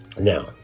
Now